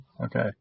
Okay